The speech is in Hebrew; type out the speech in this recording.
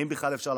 אם בכלל אפשר.